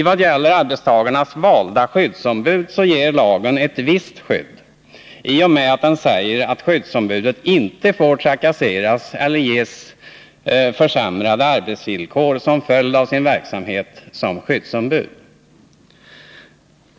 Vad gäller av arbetstagarna valda skyddsombud ger lagen ett visst skydd i och med att den säger att skyddsombudet inte får trakasseras eller ges försämrade arbetsvillkor som följd av sin verksamhet som skyddsombud.